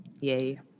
Yay